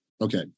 Okay